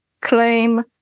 claim